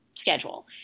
schedule